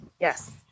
yes